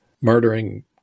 murdering